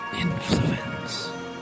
Influence